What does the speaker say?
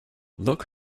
look